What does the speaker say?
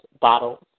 bottle